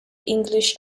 english